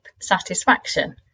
satisfaction